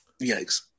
Yikes